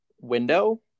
window